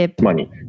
money